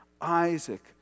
Isaac